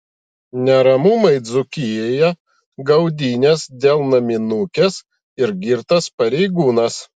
neramumai dzūkijoje gaudynės dėl naminukės ir girtas pareigūnas